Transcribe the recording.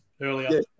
earlier